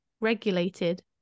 regulated